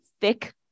thick